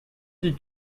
dis